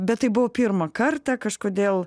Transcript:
bet tai buvo pirmą kartą kažkodėl